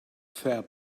fair